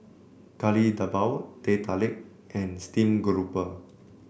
Kari Debal Teh Tarik and Steamed Grouper